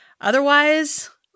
Otherwise